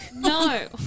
No